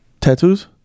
Tattoos